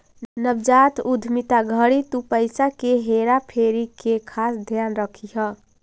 नवजात उद्यमिता घड़ी तु पईसा के हेरा फेरी के खास ध्यान रखीह